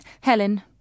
Helen